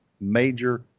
major